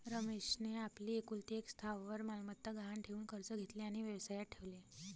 रमेशने आपली एकुलती एक स्थावर मालमत्ता गहाण ठेवून कर्ज घेतले आणि व्यवसायात ठेवले